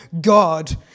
God